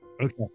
Okay